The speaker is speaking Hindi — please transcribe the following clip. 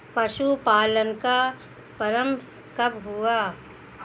पशुपालन का प्रारंभ कब हुआ?